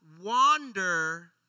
wander